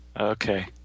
Okay